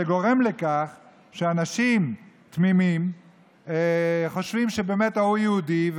זה גורם לכך שאנשים תמימים חושבים שבאמת ההוא יהודי,